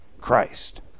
christ